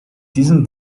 diesen